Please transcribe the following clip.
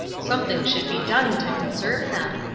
something should be done to conserve them.